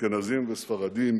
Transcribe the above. אשכנזים וספרדים,